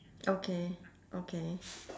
okay okay